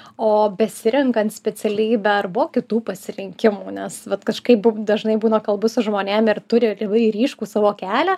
o besirenkant specialybę ar buvo kitų pasirinkimų nes vat kažkaip bu dažnai būna kalbu su žmonėm ir turi labai ryškų savo kelią